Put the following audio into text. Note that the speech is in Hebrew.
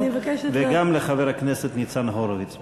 וגם לחבר הכנסת ניצן הורוביץ.